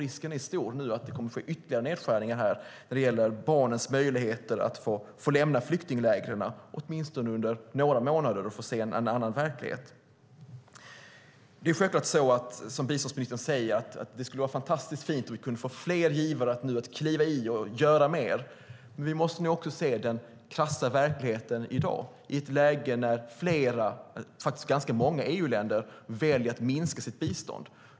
Risken är nu stor att det kommer att ske ytterligare nedskärningar i barnens möjligheter att få lämna flyktinglägren åtminstone under några månader och få se en annan verklighet. Precis som biståndsministern säger skulle det självklart vara fantastiskt fint om fler givare kunde kliva fram och göra mer, men vi måste också se den krassa verkligheten i dag i ett läge när många EU-länder väljer att minska sitt bistånd.